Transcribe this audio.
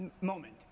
moment